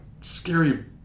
scary